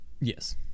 Yes